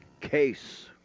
case